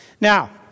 Now